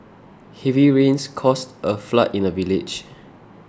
heavy rains caused a flood in the village